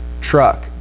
truck